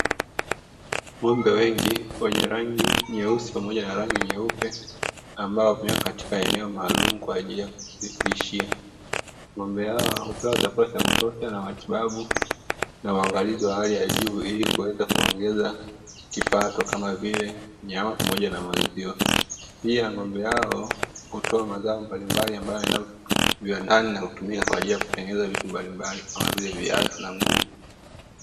Ng'ombe wengi wenye rangi nyeusi pamoja na rangi nyeupe, ambao huwekwa katika eneo maalumu kwa ajili ya kufugishia. Ng'ombe hao hupewa chakula cha kutosha na matibabu na uangalizi wa hali ya juu ili kuweza kuongeza kipato kama vile nyama pamoja na maziwa. Pia, ng'ombe hao hutoa mazao mbalimbali ambayo yana u ndani na kutumika kwa ajili ya kutengeneza vitu mbalimbali kama vile viatu na nguo."